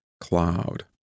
cloud